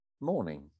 morning